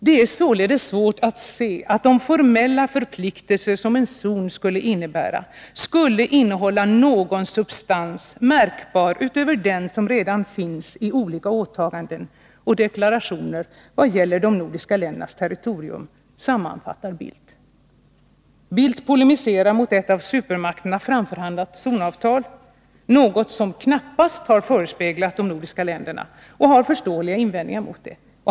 ”Det är således svårt att se, att de formella förpliktelser som en zon skulle innebära, skulle innehålla någon substans märkbar utöver den som redan finns i olika åtaganden och deklarationer vad gäller de nordiska ländernas Nr 31 territorium”, sammanfattar Carl Bildt. Herr Bildt polemiserar mot ett av Måndagen den supermakterna framförhandlat zonavtal — något som knappast förespeglat de 22 november 1982 nordiska länderna — och har förståeliga invändningar mot detta.